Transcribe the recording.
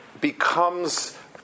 becomes